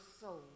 soul